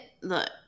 look